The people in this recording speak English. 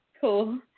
Cool